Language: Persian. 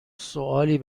سوالی